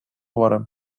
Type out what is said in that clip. varem